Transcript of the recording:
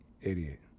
Idiot